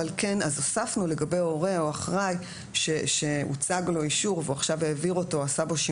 אז הוספנו לגבי הורה או אחראי שהוצג לו אישור והוא העביר אותו עכשיו,